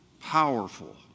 powerful